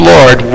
Lord